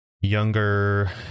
younger